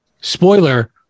Spoiler